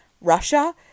Russia